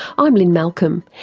i'm lynne malcolm,